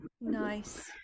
Nice